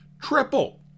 Triple